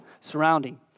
surrounding